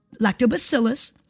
lactobacillus